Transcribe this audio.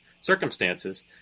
circumstances